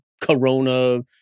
Corona